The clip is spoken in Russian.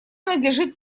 надлежит